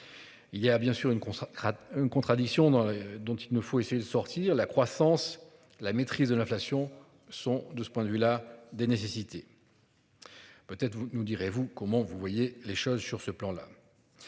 Il y a bien sûr une consacra. Une contradiction dans dont il ne faut essayer de sortir la croissance, la maîtrise de l'inflation sont de ce point de vue là des nécessités. Peut être. Vous nous direz-vous comment vous voyez les choses sur ce plan là.